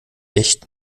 echt